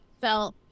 felt